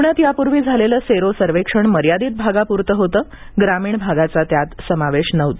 पुण्यात यापूर्वी झालेलं सेरो सर्वेक्षण मर्यादित भागापुरतं होतं ग्रामीण भागाचा त्यात समावेश नव्हता